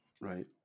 Right